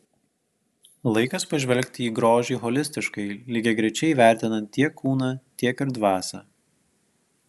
laikas pažvelgti į grožį holistiškai lygiagrečiai vertinant tiek kūną tiek ir dvasią